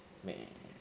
没